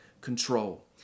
control